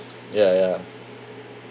ya ya